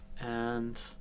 and-